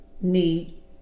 need